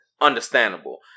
understandable